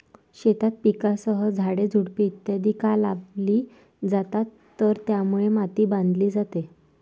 शेतात पिकांसह झाडे, झुडपे इत्यादि का लावली जातात तर त्यामुळे माती बांधली जाते